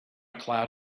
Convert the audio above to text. cloud